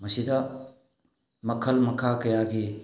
ꯃꯁꯤꯗ ꯃꯈꯜ ꯃꯈꯥ ꯀꯌꯥꯒꯤ